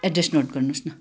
address note गर्नुहोस् न